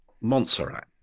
Montserrat